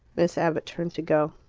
miss abbott turned to go.